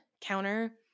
counter